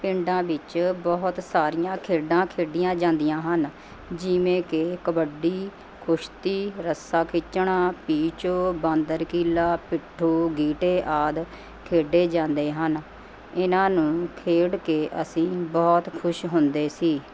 ਪਿੰਡਾਂ ਵਿੱਚ ਬਹੁਤ ਸਾਰੀਆਂ ਖੇਡਾਂ ਖੇਡੀਆਂ ਜਾਂਦੀਆਂ ਹਨ ਜਿਵੇਂ ਕਿ ਕਬੱਡੀ ਕੁਸ਼ਤੀ ਰੱਸਾ ਖਿੱਚਣਾ ਪੀਚੋ ਬਾਂਦਰ ਕੀਲਾ ਪਿੱਠੂ ਗੀਟੇ ਆਦਿ ਖੇਡੇ ਜਾਂਦੇ ਹਨ ਇਹਨਾਂ ਨੂੰ ਖੇਡ ਕੇ ਅਸੀਂ ਬਹੁਤ ਖੁਸ਼ ਹੁੰਦੇ ਸੀ